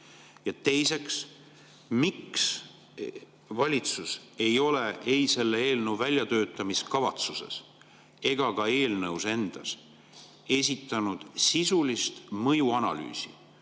Ja teiseks, miks ei ole valitsus ei selle eelnõu väljatöötamiskavatsuses ega ka eelnõus endas esitanud sisulist mõjuanalüüsi,